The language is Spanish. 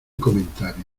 comentario